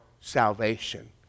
salvation